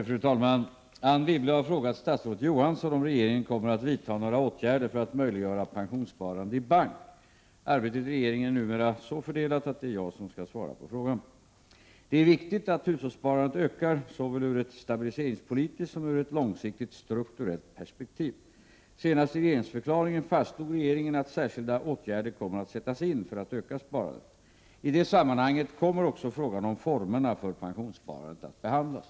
Fru talman! Anne Wibble har frågat statsrådet Johansson om regeringen kommer att vidta några åtgärder för att möjliggöra pensionssparande i bank. Arbetet i regeringen är numera så fördelat att det är jag som skall svara på frågan. Det är viktigt att hushållssparandet ökar såväl ur ett stabiliseringspolitiskt som ur ett långsiktigt strukturellt perspektiv. Senast i regeringsförklaringen fastslog regeringen att särskilda åtgärder kommer att sättas in för att öka sparandet. I detta sammanhang kommer också frågan om formerna för pensionssparandet att behandlas.